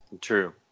True